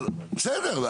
אבל, בסדר.